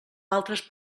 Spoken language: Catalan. altres